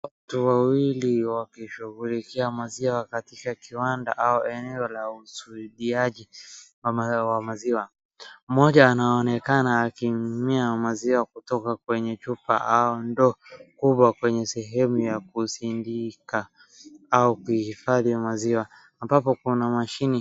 Watu waili wakishughulikia maziwa katika kiwanda au kwa eneo la ukusanyaji wa maziwa, mmoja anaonekana akinyunyizia maziwa kutoka kwenye chupa au ndoo kubwa kwenye sehemu ya kusindika au kuhifadhi maziwa ambapo kuna mashini.